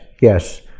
yes